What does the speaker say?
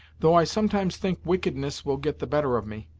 though i sometimes think wickedness will get the better of me,